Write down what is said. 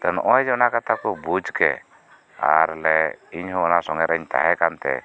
ᱛᱳ ᱱᱚᱜᱚᱭ ᱡᱮ ᱚᱱᱟ ᱠᱟᱛᱷᱟ ᱠᱚ ᱵᱩᱡ ᱠᱮᱫ ᱟᱨ ᱞᱮ ᱤᱧᱡᱚᱸ ᱚᱱᱟ ᱥᱚᱸᱜᱮᱨᱤᱧ ᱛᱟᱦᱮᱸ ᱠᱟᱱᱛᱮ